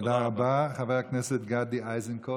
חבר הכנסת גבי איזנקוט נמצא?